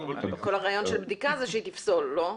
כל הרעיון של בדיקה הוא שהיא תפסול, לא?